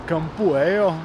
kampu ėjo